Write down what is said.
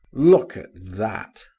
look at that!